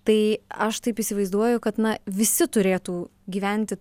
tai aš taip įsivaizduoju kad na visi turėtų gyventi